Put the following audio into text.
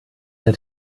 der